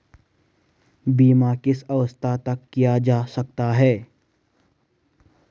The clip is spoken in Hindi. बीमा किस अवस्था तक किया जा सकता है?